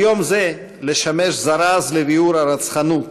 על יום זה לשמש זָרז לביעור הרצחנות,